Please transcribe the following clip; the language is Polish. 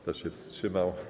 Kto się wstrzymał?